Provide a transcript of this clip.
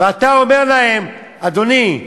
ואתה אומר להם: אדוני,